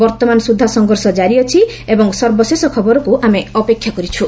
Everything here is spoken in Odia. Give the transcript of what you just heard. ବର୍ତ୍ତମାନସୁଦ୍ଧା ସଂଘର୍ଷ ଜାରି ଅଛି ଏବଂ ସର୍ବଶେଷ ଖବରକୁ ଆମେ ଅପେକ୍ଷା କରିଛୁ